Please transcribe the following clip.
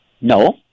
No